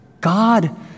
God